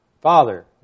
Father